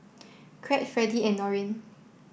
Crete Fredie and Norine